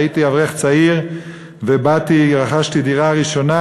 כשהייתי אברך צעיר ורכשתי דירה ראשונה,